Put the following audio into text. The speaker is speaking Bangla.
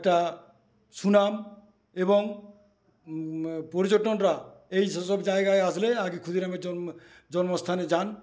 একটা সুনাম এবং পর্যটনরা এই সব জায়গায় আসলে আগে ক্ষুদিরামের জন্মস্থানে যান